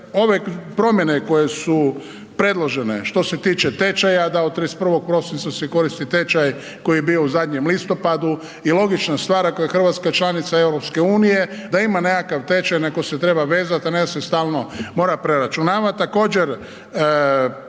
ove promjene koje su predložene što se tiče tečaja da od 31. prosinca se koristi tečaj koji je bio u zadnjem listopadu i logična stvar ako je Hrvatska članica EU da ima nekakav tečaj na koji se treba vezati, a ne da se stalno mora preračunavati.